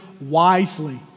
wisely